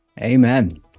Amen